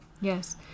Yes